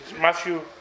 Matthew